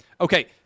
Okay